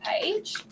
page